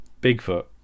Bigfoot